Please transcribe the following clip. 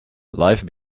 life